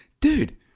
dude